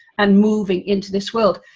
and moving into this world.